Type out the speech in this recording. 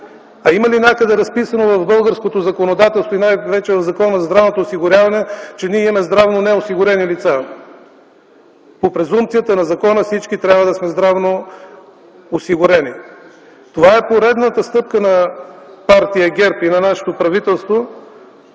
Има ли някъде разписано в българското законодателство и най вече в Закона за здравното осигуряване, че ние имаме здравнонеосигурени лица?! По презумпцията на закона всички трябва да сме здравноосигурени. Това е поредната стъпка на партия ГЕРБ и на нашето правителство